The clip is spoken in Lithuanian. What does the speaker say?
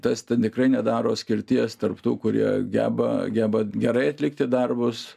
tas tikrai nedaro skirties tarp tų kurie geba geba gerai atlikti darbus